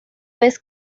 vez